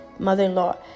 mother-in-law